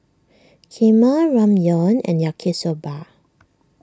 Kheema Ramyeon and Yaki Soba